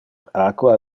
aqua